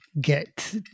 get